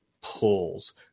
pulls